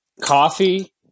Coffee